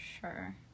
sure